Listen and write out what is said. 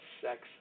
sex